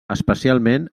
especialment